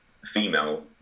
female